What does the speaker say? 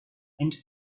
and